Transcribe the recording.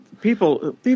people